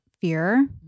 fear